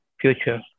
future